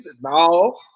no